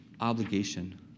obligation